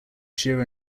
sheer